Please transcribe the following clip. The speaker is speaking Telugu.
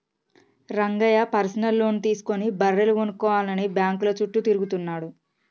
రంగయ్య పర్సనల్ లోన్ తీసుకుని బర్రెలు కొనుక్కోవాలని బ్యాంకుల చుట్టూ తిరుగుతున్నాడు